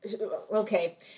Okay